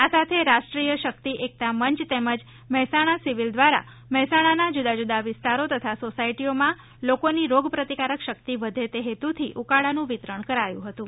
આ સાથે રાષ્ટ્રીય શક્તિ એકતા મંચ તેમજ મહેસાણા સિવિલ દ્વારા મહેસાણાના જુદા જુદા વિસ્તારો તથા સોસાયટીઓમાં લોકોની રોગ પ્રતિકારક શક્તિ વધે તે હેતુંથી ઉકાળાનું વિતરણ કરાયું હતું